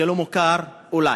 זה לא מוכר, אולי.